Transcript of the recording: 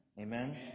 Amen